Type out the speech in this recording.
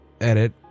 Edit